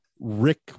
Rick